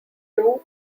two